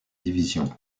division